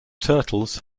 turtles